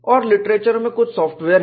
और लिटरेचर में कुछ सॉफ्टवेयर हैं